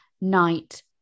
night